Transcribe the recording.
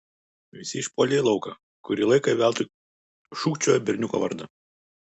visi išpuolė į lauką kurį laiką veltui šūkčiojo berniuko vardą